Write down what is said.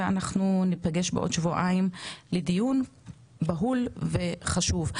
ואנחנו נפגש בעוד שבועיים לדיון בהול וחשוב.